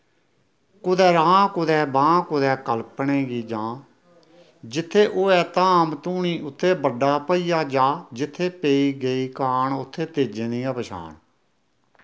कुतै राह् कुतै बाह् कुतै कलपने गी जां जित्थै होऐ धाम धूनी उत्थै बड्डा भाइयां जा जित्थै पेई गेई काह्न उत्थै तेज्जे दी गै पशान